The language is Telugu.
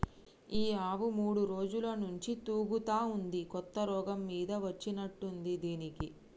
ఈ ఆవు మూడు రోజుల నుంచి తూగుతా ఉంది కొత్త రోగం మీద వచ్చినట్టుంది దీనికి